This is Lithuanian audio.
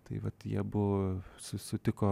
tai vat jie abu sutiko